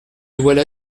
voilà